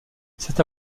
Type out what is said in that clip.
cette